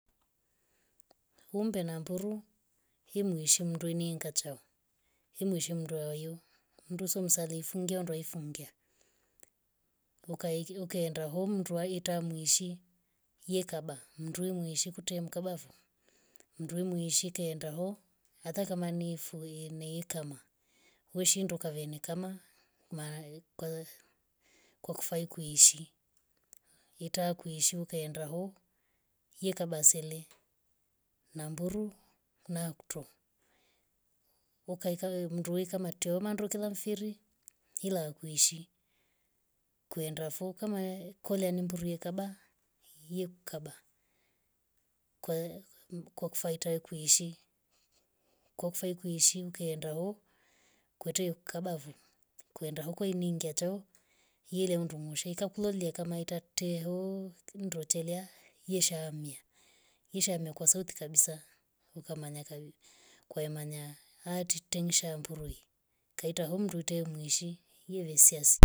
Umbe na mburu imuheshimu ndoini ngachao imuheshimu ndo wawayu ndu somsalifu ngeiwa ndo ifungia ukaenda hom. utaita mwsihi ye kaba mwishi ndo mwishi ikaenda ho hata ni kama ni fuiyeni kama weshinduka cvene kama kwa kufai kuishi yetaka kuishi ukaenda ho yekaba sele na mburu naktok wa kakayoyo. mdui kamatyoma ndo tele mfiri ila akuishi kwenda foo kama ye kwete ni mburu ye kaba ye kaba kwe kwa kufai toe kuishi kwa kufai kuishi kenda hoo kwetye kubavo. kwenda hoo ningie ngachachao yele dungu she kakulolya kama ita teho ndo telya yeshamia. yeshamia kwa sauti kabisa ukamanya kavi kwa manya hatiti tenya she mburu ukaita nduitye mwishi yevisiasi